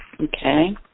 Okay